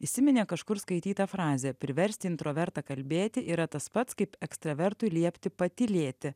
įsiminė kažkur skaityta frazė priversti intravertą kalbėti yra tas pats kaip ekstravertui liepti patylėti